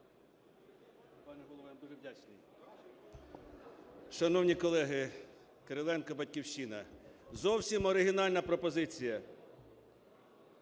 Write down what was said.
дуже вдячний. Шановні колеги! Кириленко, "Батьківщина". Зовсім оригінальна пропозиція.